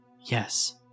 Yes